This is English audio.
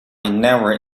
never